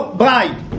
bride